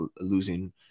losing